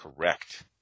Correct